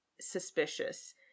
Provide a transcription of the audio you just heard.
suspicious